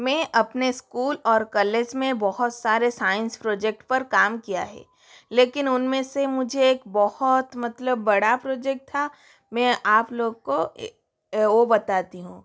मैं अपने स्कूल और कलेज में बहुत सारे साइंस प्रोजेक्ट पर काम किया हे लेकिन उनमें से मुझे एक बहुत मतलब बड़ा प्रोजेक्ट था मैं आप लोग को वह बताती हूँ